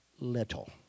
little